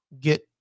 get